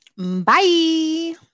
Bye